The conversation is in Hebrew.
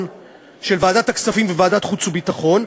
של ועדת הכספים וועדת החוץ והביטחון,